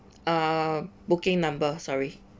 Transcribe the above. uh booking number sorry